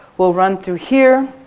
we're run through here.